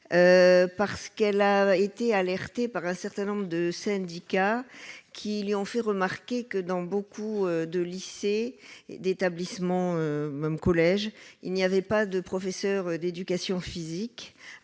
parce qu'elle a été alerté par un certain nombre de syndicats qui lui ont fait remarquer que dans beaucoup de lycées et d'établissement même collège il n'y avait pas de professeur d'éducation physique,